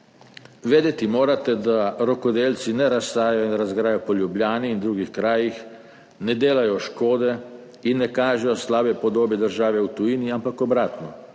Vedeti morate, da rokodelci ne razsajajo in razgrajajo po Ljubljani in drugih krajih, ne delajo škode in ne kažejo slabe podobe države v tujini, ampak obratno.